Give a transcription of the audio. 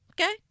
okay